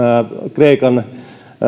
kreikan